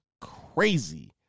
Crazy